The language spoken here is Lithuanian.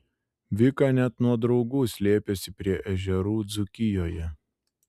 vika net nuo draugų slėpėsi prie ežerų dzūkijoje